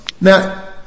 Now